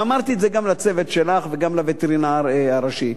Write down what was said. ואמרתי את זה גם לצוות שלך וגם לווטרינר הראשי.